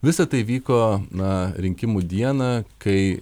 visa tai vyko na rinkimų dieną kai